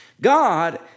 God